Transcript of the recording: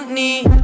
need